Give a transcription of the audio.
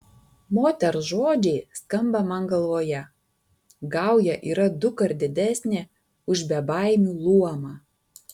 moters žodžiai skamba man galvoje gauja yra dukart didesnė už bebaimių luomą